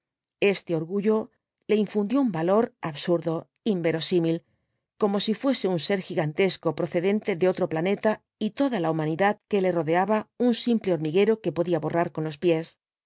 este orgullo le infundió un valor absui'do inverosímil como si fuese un ser gigantesco procedente de otro planeta y toda la humanidad que le rodeaba un simpie hormiguero que podía borrar con los pies